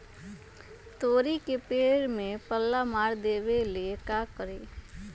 तोड़ी के पेड़ में पल्ला मार देबे ले का करी?